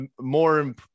more